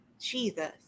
Jesus